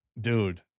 dude